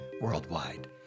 worldwide